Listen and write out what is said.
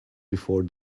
before